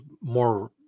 more